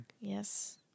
Yes